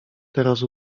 teraz